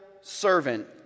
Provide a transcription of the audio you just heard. servant